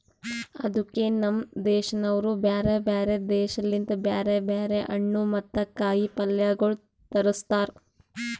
ಅದುಕೆ ನಮ್ ದೇಶದವರು ಬ್ಯಾರೆ ಬ್ಯಾರೆ ದೇಶ ಲಿಂತ್ ಬ್ಯಾರೆ ಬ್ಯಾರೆ ಹಣ್ಣು ಮತ್ತ ಕಾಯಿ ಪಲ್ಯಗೊಳ್ ತರುಸ್ತಾರ್